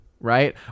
right